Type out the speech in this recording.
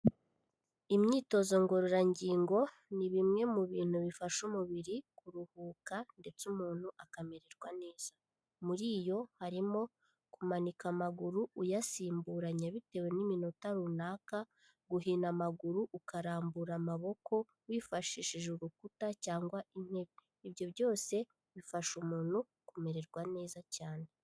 Imyitozo ngororangingo ni bimwe mu bintu bifasha umubiri kuruhuka ndetse umuntu akamererwa neza. Muri yo harimo: kumanika amaguru uyasimburanye bitewe n'iminota runaka, guhina amaguru ukarambura amaboko wifashishije urukuta cyangwa intebe. Ibyo byose bifasha umuntu kumererwa neza cyane.